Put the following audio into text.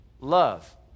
love